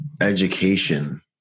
education